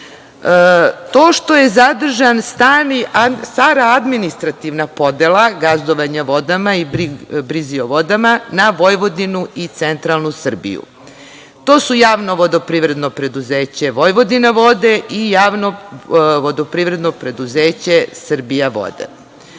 to što je zadržana stara administrativna podela gazdovanja vodama i brizi o vodama, na Vojvodinu i centralnu Srbiju. To su Javno vodoprivredno preduzeće „Vojvodinavode“ i Javno vodoprivredno preduzeće „Srbijavode“.Vi